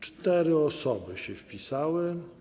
Cztery osoby się wpisały.